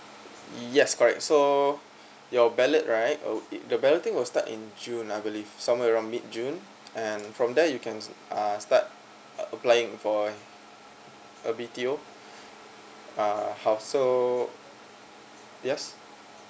yes correct so your ballot right uh the balloting will start in june I believe somewhere around mid june and from there you can uh start applying for a B_T_O uh house so yes